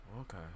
okay